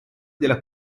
della